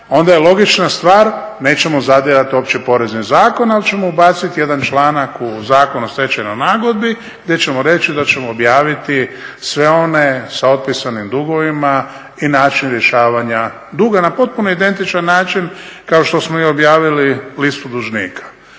onda je logična stvar, nećemo zadirat u Opći porezni zakon al ćemo ubacit jedan članak u Zakon o stečajnoj nagodbi gdje ćemo reći da ćemo objaviti sve one sa otpisanim dugovima i način rješavanja duga na potpuno identičan način kao što smo i objavili listu dužnika.